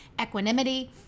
equanimity